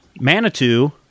Manitou